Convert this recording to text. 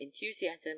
enthusiasm